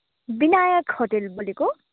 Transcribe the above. Vinayak hotel बोलेको